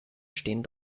stehen